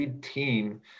team